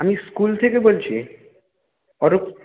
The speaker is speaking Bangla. আমি স্কুল থেকে বলছি অরূপ